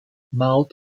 malt